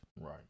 Right